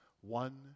one